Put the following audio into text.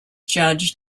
judge